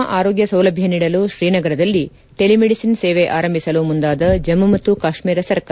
ಉತ್ತಮ ಆರೋಗ್ಲ ಸೌಲಭ್ಯ ನೀಡಲು ಶ್ರೀನಗರದಲ್ಲಿ ಟೆಲಿಮೆಡಿಸನ್ ಸೇವೆ ಆರಂಭಿಸಲು ಮುಂದಾದ ಜಮ್ನು ಮತ್ತು ಕಾಶ್ಮೀರ ಸರ್ಕಾರ